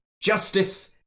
justice